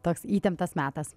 toks įtemptas metas